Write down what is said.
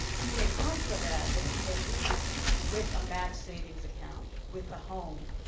he may come for that, but he may leave with a match savings account, with a home,